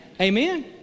Amen